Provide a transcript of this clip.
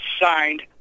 signed